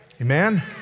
Amen